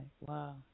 wow